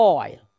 oil